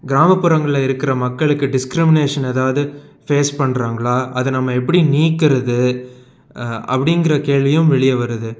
கிராமப்புறங்களில் இருக்கிற மக்களுக்கு டிஸ்கிரிமினேஷன் ஏதாவது ஃபேஸ் பண்ணுறாங்களா அதை நம்ம எப்படி நீக்குறது அப்படிங்கிற கேள்வியும் வெளியே வருது